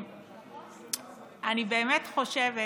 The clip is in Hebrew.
אני באמת חושבת